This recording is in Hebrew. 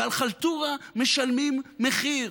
ועל חלטורה משלמים מחיר.